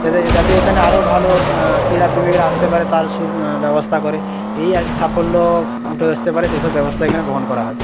যাতে এখানে আরো ভালো ক্রীড়া প্রেমিকরা আসতে পারে তার সুব্যবস্থা করে এই এক সাফল্য সেই সব ব্যবস্থা এখানে গ্রহণ করা হয়